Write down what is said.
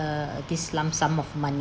err this lump sum of money